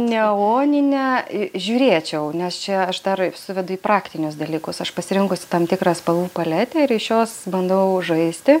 neoninę žiūrėčiau nes čia aš dar suvedu į praktinius dalykus aš pasirinkusi tam tikrą spalvų paletę ir iš jos bandau žaisti